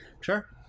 Sure